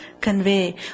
convey